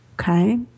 okay